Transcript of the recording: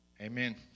Amen